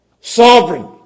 sovereign